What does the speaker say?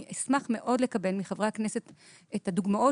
אני אשמח מאוד לקבל מחברי הכנסת את הדוגמאות